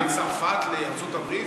בין צרפת לארצות-הברית,